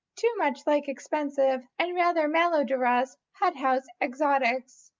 too much like expensive and rather malodorous hot-house exotics,